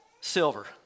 silver